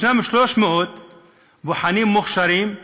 יש 300 בוחנים מוכשרים,